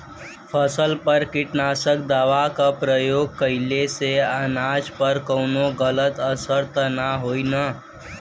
फसल पर कीटनाशक दवा क प्रयोग कइला से अनाज पर कवनो गलत असर त ना होई न?